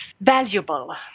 valuable